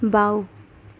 বাওঁ